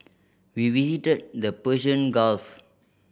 we visited the Persian Gulf